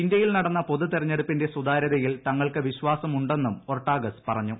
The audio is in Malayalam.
ഇന്ത്യയിൽ നടന്ന പൊതു തിരഞ്ഞെടുപ്പിന്റെ സുതാര്യതയിൽ തങ്ങൾക്ക് വിശ്വാസം ഉണ്ടെന്നും ഒർട്ടാഗസ് പറഞ്ഞു